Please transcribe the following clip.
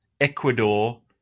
Ecuador